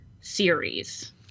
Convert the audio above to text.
series